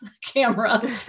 camera